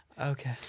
okay